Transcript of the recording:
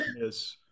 Yes